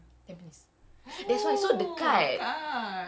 oh ni dia eh yikes